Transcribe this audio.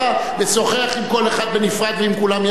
לשוחח עם כל אחד בנפרד ועם כולם יחד.